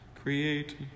Create